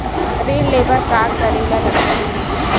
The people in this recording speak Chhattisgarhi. ऋण ले बर का करे ला लगथे?